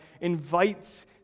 invites